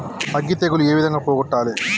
అగ్గి తెగులు ఏ విధంగా పోగొట్టాలి?